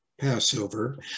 Passover